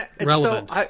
Relevant